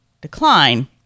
decline